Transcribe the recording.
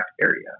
area